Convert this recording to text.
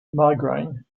migraine